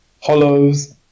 hollows